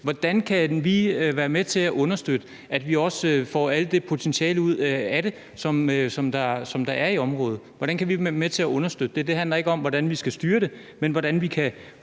hvordan vi kan være med til at understøtte, at vi også får alt det potentiale, der er på området, ud af det. Hvordan kan vi være med til at understøtte det? Det handler ikke om, hvordan vi skal styre det, men om, hvordan vi kan